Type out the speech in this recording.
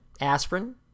aspirin